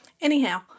Anyhow